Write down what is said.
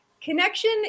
connection